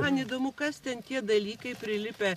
man įdomu kas ten tie dalykai prilipę